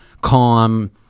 calm